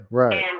right